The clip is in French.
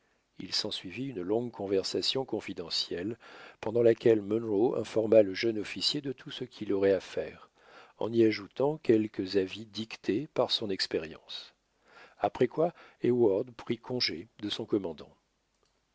il s'ensuivit une longue conversation confidentielle pendant laquelle munro informa le jeune officier de tout ce qu'il aurait à faire en y ajoutant quelques avis dictés par son expérience après quoi heyward prit congé de son commandant